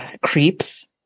creeps